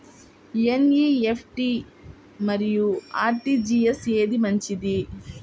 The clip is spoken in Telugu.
ఎన్.ఈ.ఎఫ్.టీ మరియు అర్.టీ.జీ.ఎస్ ఏది మంచిది?